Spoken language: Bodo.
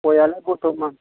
गयालाय बर्थ'मान